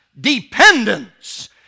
dependence